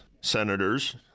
senators